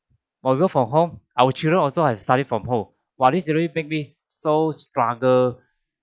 while work from home our children also have to study from home !wah! this really make me so struggle